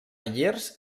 llers